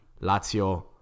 Lazio